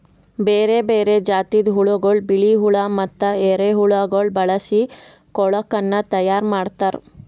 ಬೇರೆ ಬೇರೆ ಜಾತಿದ್ ಹುಳಗೊಳ್, ಬಿಳಿ ಹುಳ ಮತ್ತ ಎರೆಹುಳಗೊಳ್ ಬಳಸಿ ಕೊಳುಕನ್ನ ತೈಯಾರ್ ಮಾಡ್ತಾರ್